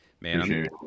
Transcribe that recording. Man